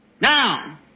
Now